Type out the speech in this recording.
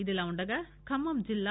ఇదిలా ఉండగా ఖమ్మం జిల్లా